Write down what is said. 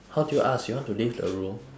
how do you ask you want to leave the room